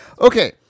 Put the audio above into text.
Okay